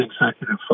executive